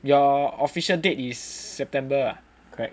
your official date is September ah correct